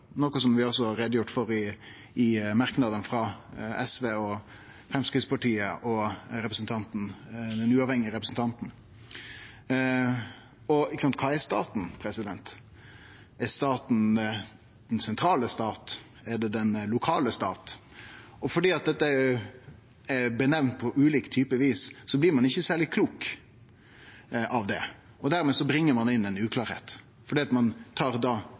frå SV, Framstegspartiet og den uavhengige representanten. Kva er staten? Er staten den sentrale staten? Er det den lokale staten? Fordi dette er namna på ulike vis, blir ein ikkje særleg klok av det. Dermed bringar ein inn ein uklarleik fordi ein tar